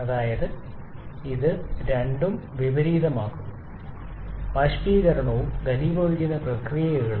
അതായത് ഇത് രണ്ടും വിപരീതമാക്കുന്നു ബാഷ്പീകരണവും ഘനീഭവിക്കുന്ന പ്രക്രിയകളും